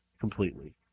completely